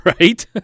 Right